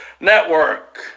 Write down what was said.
Network